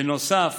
בנוסף